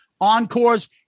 encores